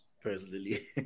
personally